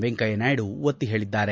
ವೆಂಕಯ್ಯನಾಯ್ಡು ಒತ್ತಿ ಹೇಳಿದ್ದಾರೆ